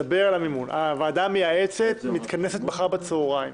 הוועדה המייעצת מתכנסת מחר בצהריים.